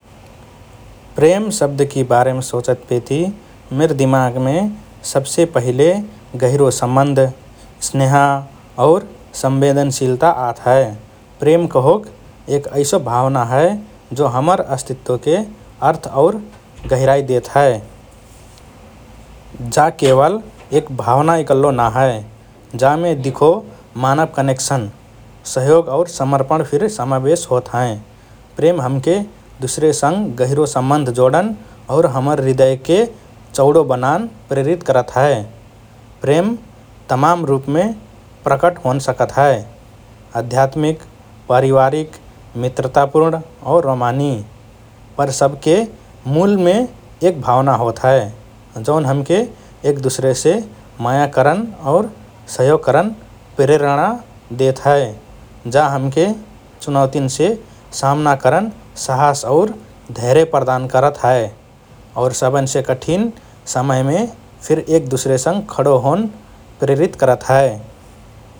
“प्रेम” शब्दकि बारेम सोचतपेति मिर दिमागमे सबसे पहिले गहिरो सम्बन्ध, स्नेह और संवेदनशीलता आत हए । प्रेम कहोक एक ऐसो भावना हए जो हमर अस्तित्वके अर्थ और गहिराई देत हए । जा केवल एक भावना इकल्लो ना हए, जामे दिखो मानव कनेक्सन, सहयोग और समर्पण फिर समावेश होत हएँ । प्रेम हमके दुसरेसँग गहिरो सम्बन्ध जोडन और हमर हृदयके चौडो बनान प्रेरित करत हए । प्रेम तमाम रुपमे प्रकट होन सकत हए, आध्यत्मिक, पारिवारिक, मित्रतापूर्ण और रोमानी । पर सबएके मूलमे एक भावना होत हए, जौन हमके एक दुसरेसे माया करन और सहयोग करन प्रेरणा देत हए । जा हमके चुनौतिन्से सामना करन साहस और धैर्य प्रदान करत हए और सबएन्से कठिन समयन्मे फिर एक दुसरेसँग खडो होन प्रेरित करत हए ।